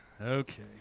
okay